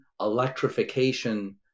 electrification